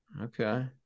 Okay